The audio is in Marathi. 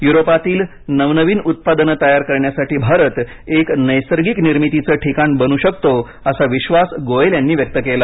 युरोपातील नवनवीन उत्पादन तयार करण्यासाठी भारत एक नैसर्गिक निर्मितीचं ठिकाण बनू शकतो असा विश्वास गोयल यांनी व्यक्त केला